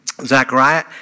Zechariah